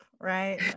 right